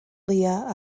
leiaf